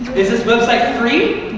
this this website free?